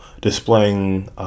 displaying